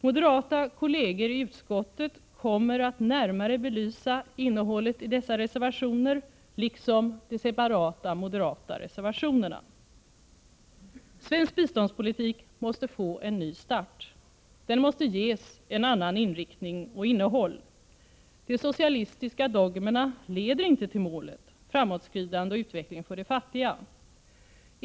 Moderata kolleger i utskottet kommer att närmare belysa innehållet i dessa reservationer, liksom de separata moderata reservationerna. Svensk biståndspolitik måste få en ny start. Den måste ges en annan inriktning och ett annat innehåll. De socialistiska dogmerna leder inte till målet: framåtskridande och utveckling för de fattiga.